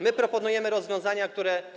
My proponujemy rozwiązania, które.